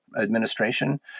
administration